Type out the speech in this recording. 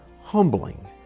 humbling